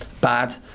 bad